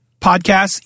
podcasts